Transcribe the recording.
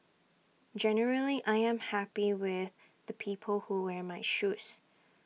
generally I'm happy with the people who wear my shoes